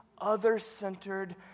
other-centered